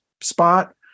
spot